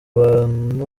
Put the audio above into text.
bantu